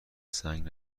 سنگ